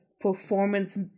performance